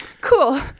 cool